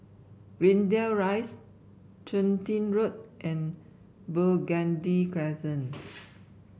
Greendale Rise Chun Tin Road and Burgundy Crescent